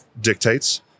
dictates